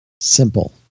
Simple